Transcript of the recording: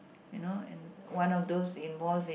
you know and one of those involve in